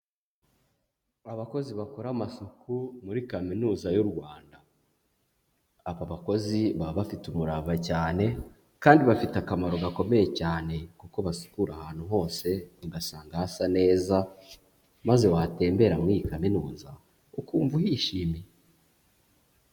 Abakozi bakora amasuku muri Kaminuza y'u Rwanda, aba bakozi baba bafite umurava cyane kandi bafite akamaro gakomeye cyane kuko basukura ahantu hose ugasanga hasa neza, maze watembera muri iyi kaminuza ukumva uhishimiye.